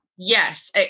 Yes